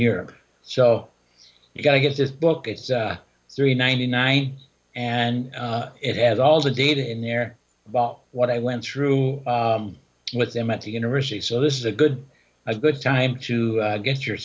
europe so you got to get this book it's three ninety nine and it has all the data in there about what i went through with them at the university so this is a good a good time to get your